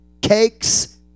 Cakes